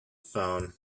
phone